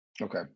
Okay